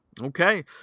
Okay